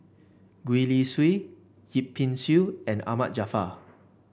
Gwee Li Sui Yip Pin Xiu and Ahmad Jaafar